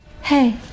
Hey